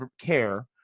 care